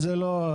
נדאג לזה.